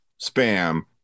spam